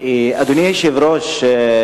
אדוני היושב-ראש,